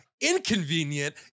inconvenient